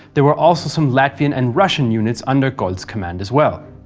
there were also some latvian and russian units under goltz' command as well.